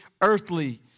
earthly